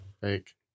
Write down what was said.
Fake